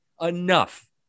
enough